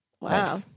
Wow